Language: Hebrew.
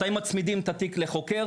מתי מצמידים את התיק לחוקר,